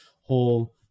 whole